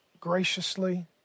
graciously